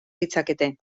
ditzakete